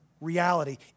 reality